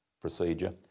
procedure